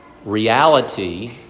Reality